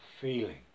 feeling